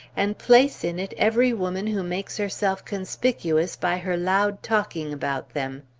and place in it every woman who makes herself conspicuous by her loud talking about them.